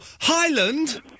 Highland